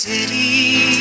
City